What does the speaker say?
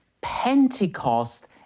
Pentecost